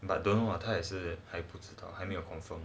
but don wang 他也是不知道还没有 confirm